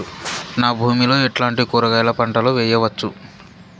నా భూమి లో ఎట్లాంటి కూరగాయల పంటలు వేయవచ్చు?